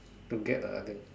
to get lah I think